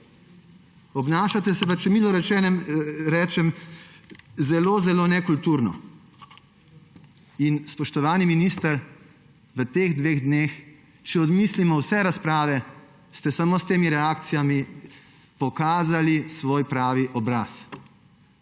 Obnašate se pa, če milo rečem, zelo zelo nekulturno. Spoštovani minister, v teh dveh dneh, če odmislimo vse razprave, ste samo s temi reakcijami pokazali svoj pravi obraz.